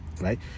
right